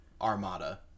armada